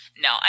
no